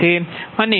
03125 છે